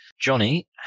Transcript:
Johnny